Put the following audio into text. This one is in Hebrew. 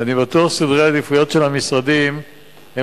ואני בטוח שסדרי העדיפויות של המשרדים הם